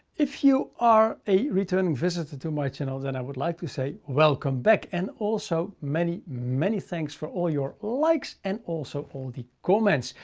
if you are a returning visitor to my channel, then i would like to say welcome back and also many, many thanks for all your likes and also all the comments.